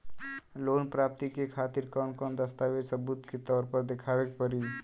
Loan प्राप्ति के खातिर कौन कौन दस्तावेज सबूत के तौर पर देखावे परी?